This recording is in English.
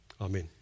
Amen